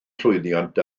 llwyddiant